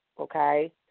okay